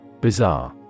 Bizarre